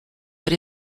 but